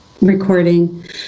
recording